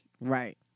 Right